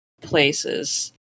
places